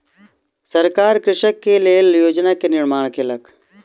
सरकार कृषक के लेल योजना के निर्माण केलक